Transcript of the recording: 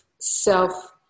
self